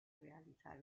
realizar